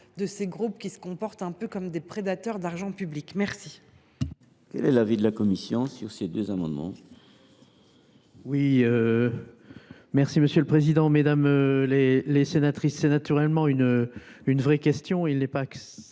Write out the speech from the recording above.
de ces groupes, qui se comportent parfois comme des prédateurs d’argent public. Quel